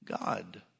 God